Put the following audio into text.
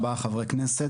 ארבעה חברי כנסת